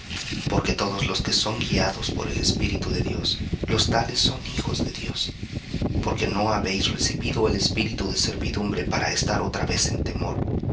porque todos los que son guiados por el espíritu de dios los tales son hijos de dios porque no habéis recibido el espíritu de servidumbre para otra vez en temor